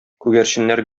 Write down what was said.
күгәрченнәр